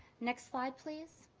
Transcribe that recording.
next slide, please.